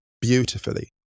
beautifully